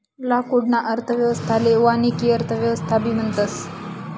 लाकूडना अर्थव्यवस्थाले वानिकी अर्थव्यवस्थाबी म्हणतस